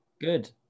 Good